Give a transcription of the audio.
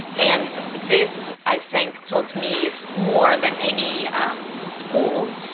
and this, i think, taught me more than any um school.